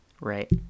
right